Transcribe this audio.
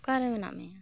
ᱚᱠᱟ ᱨᱮ ᱢᱮᱱᱟᱜ ᱢᱮᱭᱟ